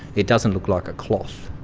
it doesn't look like a cloth,